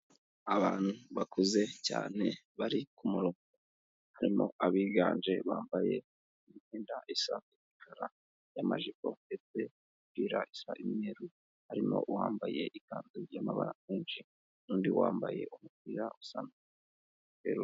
Abantu bakuze cyane bari kumurongo harimo abiganje bambaye imyenda isa imikara y'amajipo ndetse n'imipira isa umweru, harimo uwambaye ikanzu y'amabara menshi undi wambaye umupira usanzwe.